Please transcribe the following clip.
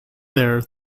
their